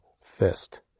fist